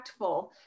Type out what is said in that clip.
impactful